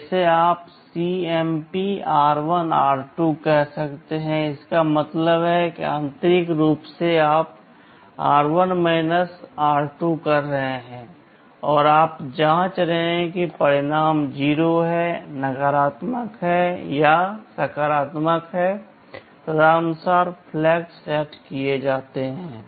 जैसे आप CMP r1 r2 कह सकते हैं इसका मतलब है कि आंतरिक रूप से आप r1 r2 कर रहे हैं और आप जाँच रहे हैं कि परिणाम 0 नकारात्मक या सकारात्मक है तदनुसार फ्लैग सेट किए जाएंगे